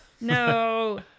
No